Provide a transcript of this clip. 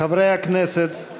חברי הכנסת,